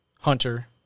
hunter